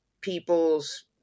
people's